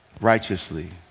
righteously